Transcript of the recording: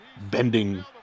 bending